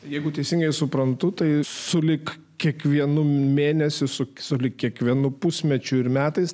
jeigu teisingai suprantu tai sulig kiekvienu mėnesiu sulig kiekvienu pusmečiu ir metais